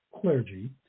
clergy